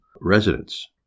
residents